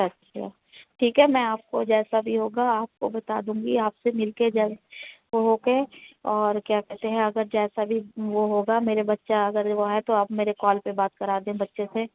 اچھا ٹھیک ہے میں آپ کو جیسا بھی ہوگا آپ کو بتا دوں گی آپ سے مل کے ج وہ ہو کے اور کیا کہتے ہیں اگر جیسا بھی وہ ہوگا میرے بچہ اگر وہ ہے تو آپ میرے کال پہ بات کرا دیں بچے سے